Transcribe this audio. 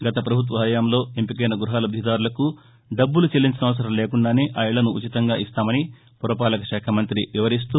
గత ప్రభుత్వ హయాంలో ఎంపికైన గ్బహ లబ్లిదారులకు డబ్బులు చెల్లించనవసరం లేకుండానే ఆ ఇళ్లను ఉచితంగా ఇస్తామని పురపాలక శాఖ మంత్రి వివరిస్తూ